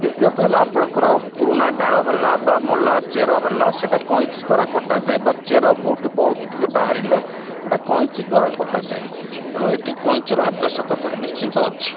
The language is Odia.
ଦ୍ୱିତୀୟତଃ ହେଲା ଆପଣଙ୍କର ପୁରୁଣା ଡାଳ ହେଲା ବା ମଲା ଚେର ହେଲା ସେଇଟା କଇଁଚି ଦ୍ୱାରା କଟାଯାଏ ବା ଚେର କେଉଁଠି ବହୁତ ଟିକେ ବାହାରିଲା ସେଇଟା କଇଁଚି ଦ୍ୱାରା କଟାଯାଏ ତେଣୁ ଏଇଠି କଇଁଚିର ଆବଶ୍ୟକତା ନିଶ୍ଚିନ୍ତ ଅଛି